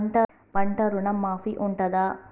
పంట ఋణం మాఫీ ఉంటదా?